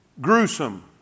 Gruesome